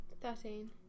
thirteen